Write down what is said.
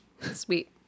Sweet